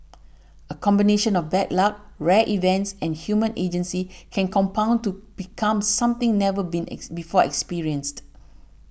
a combination of bad luck rare events and human agency can compound to become something never been before experienced